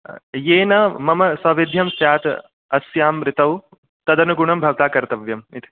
येन मम सौविद्यं स्यात् अस्यां ऋतौ तदनुगुणं भवता कर्तव्यं इति